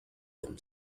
them